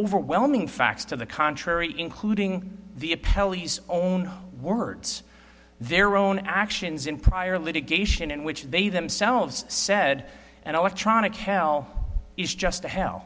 overwhelming facts to the contrary including the a pelleas own words their own actions in prior litigation in which they themselves said and electronic hell is just a hell